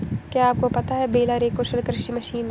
क्या आपको पता है बेलर एक कुशल कृषि मशीन है?